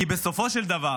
כי בסופו של דבר